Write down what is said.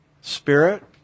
Spirit